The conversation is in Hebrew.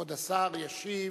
כבוד השר ישיב.